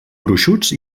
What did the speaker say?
gruixuts